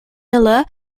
miller